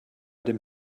dem